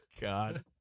God